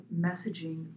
messaging